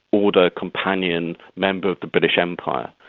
order, companion, member of the british empire.